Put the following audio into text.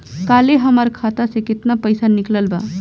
काल्हे हमार खाता से केतना पैसा निकलल बा?